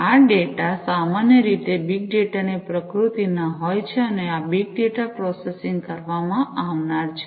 આ ડેટા સામાન્ય રીતે બિગ ડેટા ની પ્રકૃતિના હોય છે અને આ બિગ ડેટા પ્રોસેસિંગ કરવામાં આવનાર છે